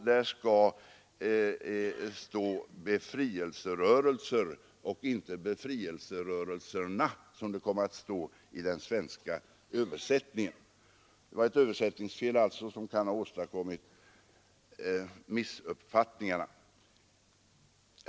Där skall stå ”befrielserörelser” och inte ”befrielserörelserna”, som det kom att stå i den svenska översättningen. Det är alltså ett översättningsfel som kan ha åstadkommit missuppfattningarna.